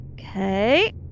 Okay